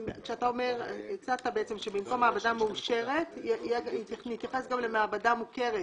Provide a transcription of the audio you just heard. הצעת שבמקום מעבדה מאושרת נתייחס גם למעבדה מוכרת.